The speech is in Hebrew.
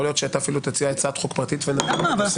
יכול להיות שאתה אפילו תציע הצעת חוק פרטית ונדון בה.